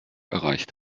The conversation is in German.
erreicht